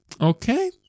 okay